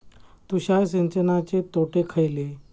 तुषार सिंचनाचे तोटे खयले?